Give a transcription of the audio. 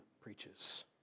preaches